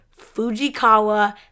Fujikawa